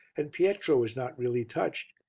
and pietro was not really touched,